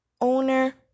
owner